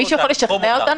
לתחום אותה.